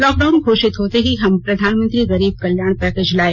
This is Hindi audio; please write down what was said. लॉकडाउन घोषित होते ही हम प्रधानमंत्री गरीब कल्याण पैकेज लाए